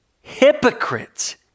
hypocrites